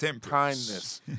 kindness